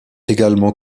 également